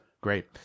great